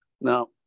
Now